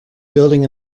building